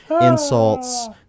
insults